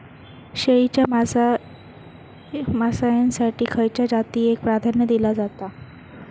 शेळीच्या मांसाएसाठी खयच्या जातीएक प्राधान्य दिला जाता?